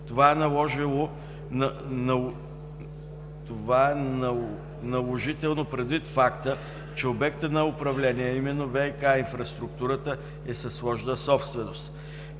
Това е наложително предвид факта, че обектът на управление е именно ВиК инфраструктурата и е със сложна собственост.